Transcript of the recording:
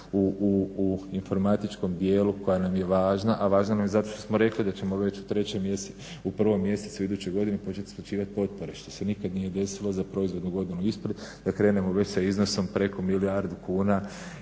u informatičkom dijelu, koja nam je važna, a važna nam je zato što smo rekli da ćemo već u 3 mjesecu, u 1 mjesecu iduće godine počet isplaćivat potpore. Što se nikad nije desilo za proizvodnu godinu ispred, da krenemo već sa iznosom preko milijardu kuna